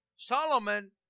Solomon